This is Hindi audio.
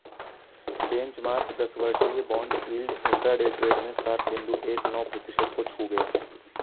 बेंचमार्क दस वर्षीय बॉन्ड यील्ड इंट्राडे ट्रेड में सात बिंदु एक नौ प्रतिशत को छू गया